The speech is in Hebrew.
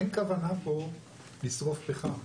אין כוונה פה לשרוף פחם.